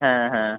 হ্যাঁ হ্যাঁ